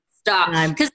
Stop